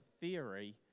theory